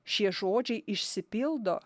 šie žodžiai išsipildo